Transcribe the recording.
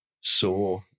Saw